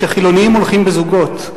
שחילונים הולכים בזוגות.